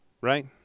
right